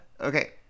Okay